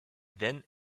then